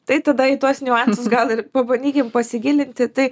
tai tada į tuos niuansus gal ir pabandykim pasigilinti tai